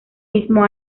mismo